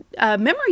memory